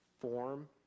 form